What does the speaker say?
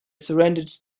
surrendered